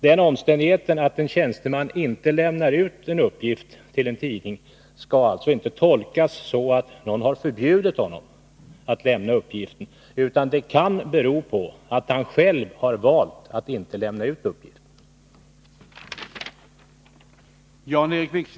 Den omständigheten att en tjänsteman inte lämnar ut en uppgift till en tidning skall alltså inte tolkas så att någon har förbjudit honom att lämna uppgiften, utan det kan bero på att han själv har valt att inte lämna ut uppgiften.